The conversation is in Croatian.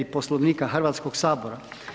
Poslovnika Hrvatskog sabora.